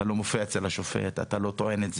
אתה לא מופיע אצל השופט, אתה לא טוען,